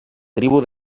tribu